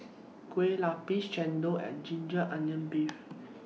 Kueh Lapis Chendol and Ginger Onions Beef